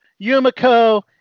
Yumiko